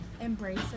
Embrace